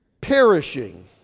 perishing